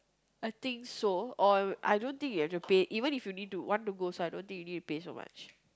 I think so or I don't think you have to pay even if you need to want to go also I don't think you need to pay so much